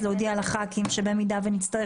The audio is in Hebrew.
להודיע לחברי הכנסת על כך.